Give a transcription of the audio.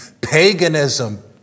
paganism